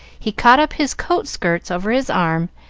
he caught up his coat-skirts over his arm,